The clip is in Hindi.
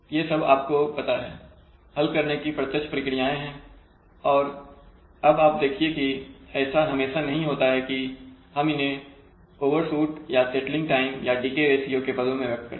तो ये सब आपको पता है हल करने की प्रत्यक्ष प्रक्रियाएं हैं और अब आप देखिए कि ऐसा हमेशा नहीं होता है कि हम इन्हें ओवरशूट या सेटलिंग टाइम या डीके रेशियो के पदों में व्यक्त करें